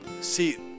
See